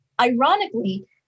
ironically